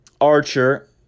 Archer